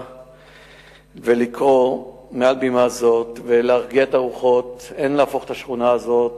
זאת על-פי שינוי מס'